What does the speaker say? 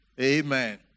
Amen